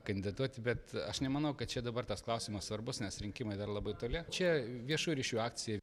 kandidatuoti bet aš nemanau kad čia dabar tas klausimas svarbus nes rinkimai dar labai toli čia viešųjų ryšių akcija